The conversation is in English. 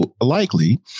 likely